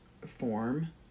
form